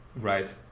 Right